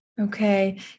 Okay